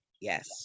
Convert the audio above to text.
yes